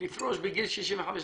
לפרוש בגיל 65,